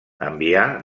envià